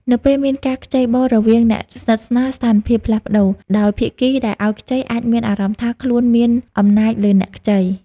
នៅពេលមានការខ្ចីបុលរវាងអ្នកស្និទ្ធស្នាល ស្ថានភាពផ្លាស់ប្តូរ ដោយភាគីដែលឲ្យខ្ចីអាចមានអារម្មណ៍ថាខ្លួនមានអំណាចលើអ្នកខ្ចី។